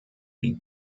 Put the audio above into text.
die